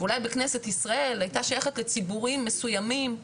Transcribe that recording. אולי בכנסת ישראל היא היתה שייכת לציבורים מסויימים.